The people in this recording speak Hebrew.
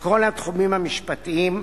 מכל התחומים המשפטיים,